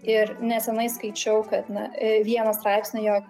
ir neseniai skaičiau kad na vieną straipsnį jog